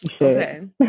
Okay